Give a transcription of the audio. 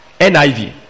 NIV